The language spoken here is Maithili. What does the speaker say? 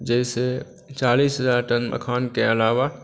जाहिसॅं चालीस हजार टन मखानके अलावा